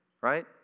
Right